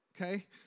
okay